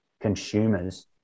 consumers